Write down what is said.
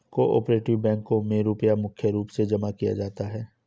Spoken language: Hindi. को आपरेटिव बैंकों मे रुपया मुख्य रूप से जमा किया जाता है